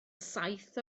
saith